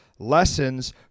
lessons